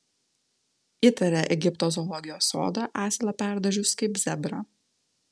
įtaria egipto zoologijos sodą asilą perdažius kaip zebrą